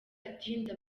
ati